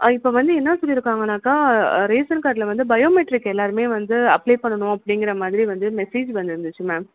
இப்போ வந்து என்னா சொல்லி இருக்காங்கனாக்கா ரேஷன் கார்டில் வந்து பயோமெட்ரிக் எல்லோருமே வந்து அப்ளே பண்ணணும் அப்படிங்கிற மாதிரி வந்து மெஸேஜ் வந்திருந்துச்சு மேம்